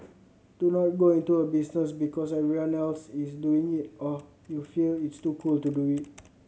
do not go into a business because everyone else is doing it or you feel it's too cool to do it